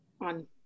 on